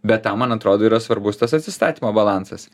bet tam man atrodo yra svarbus tas atsistatymo balansas